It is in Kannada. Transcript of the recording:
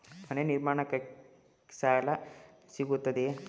ಮನೆ ನಿರ್ಮಾಣಕ್ಕೆ ಸಾಲ ಸಿಗುತ್ತದೆಯೇ?